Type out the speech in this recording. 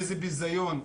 ביזיון,